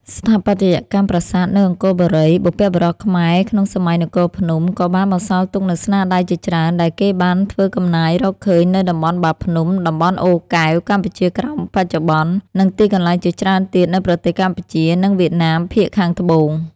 ស្ថាបត្យកម្មប្រាសាទនៅអង្គរបុរី បុព្វបុរសខ្មែរក្នុងសម័យនគរភ្នំក៏បានបន្សល់ទុកនូវស្នាដៃជាច្រើន ដែលគេបានធ្វើកំណាយរកឃើញនៅតំបន់បាភ្នំ តំបន់អូរកែវ កម្ពុជាក្រោមបច្ចុប្បន្ន និងទីកន្លែងជាច្រើនទៀតនៅប្រទេសកម្ពុជា និងវៀតណាមភាគខាងត្បូង។